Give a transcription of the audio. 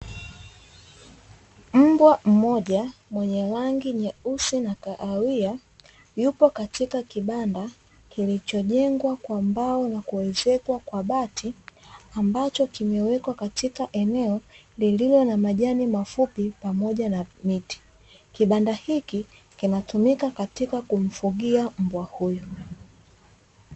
Mbwa mmoja mwenye rangi nyeusi na kahawia, yupo katika kibanda kilichojengwa kwa mbao na kuezekwa kwa bati, ambacho kimewekwa katika eneo lililo na majani mafupi pamoja na miti. Kibanda hiki kinatumika katika kumfugia mbwa huyu.